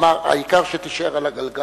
אמר: העיקר שתישאר על הגלגל,